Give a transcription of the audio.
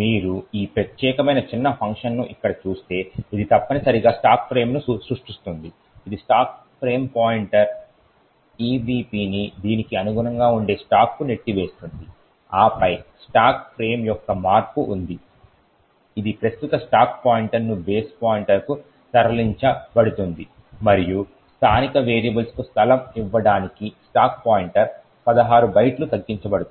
మీరు ఈ ప్రత్యేకమైన చిన్న ఫంక్షన్ను ఇక్కడ చూస్తే ఇది తప్పనిసరిగా స్టాక్ ఫ్రేమ్ను సృష్టిస్తుంది ఇది స్టాక్ ఫ్రేమ్ పాయింటర్ EBPని దీనికి అనుగుణంగా ఉండే స్టాక్కు నెట్టివేస్తుంది ఆపై స్టాక్ ఫ్రేమ్ యొక్క మార్పు ఉంది అది ప్రస్తుత స్టాక్ పాయింటర్ను బేస్ పాయింటర్కు తరలించబడుతుంది మరియు స్థానిక వేరియబుల్స్కు స్థలం ఇవ్వడానికి స్టాక్ పాయింటర్ 16 బైట్లు తగ్గించబడుతుంది